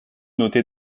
doté